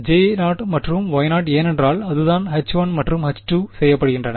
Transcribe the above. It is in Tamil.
J0மற்றும் Y0 ஏனென்றால் அதுதான் H1 மற்றும் H2செய்யப்படுகின்றன